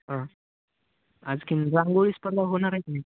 हा आणखीन रांगोळी स्पर्धा होणार आहे की